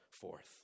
forth